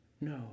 No